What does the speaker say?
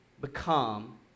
become